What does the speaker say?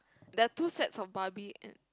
there are two sets of barbie and